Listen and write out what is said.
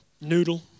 noodle